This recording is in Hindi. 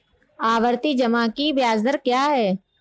आवर्ती जमा की ब्याज दर क्या है?